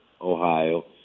Ohio